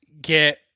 get